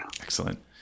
excellent